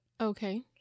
Okay